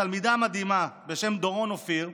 של תלמידה מדהימה בשם דורון אופיר,